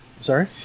Sorry